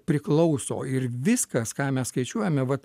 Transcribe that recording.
priklauso ir viskas ką mes skaičiuojame vat